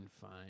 fine